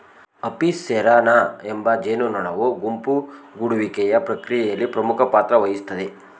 Apis cerana ಎಂಬ ಜೇನುನೊಣವು ಗುಂಪು ಗೂಡುವಿಕೆಯ ಪ್ರಕ್ರಿಯೆಯಲ್ಲಿ ಪ್ರಮುಖ ಪಾತ್ರವಹಿಸ್ತದೆ